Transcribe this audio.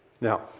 now